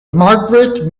margaret